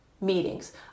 meetings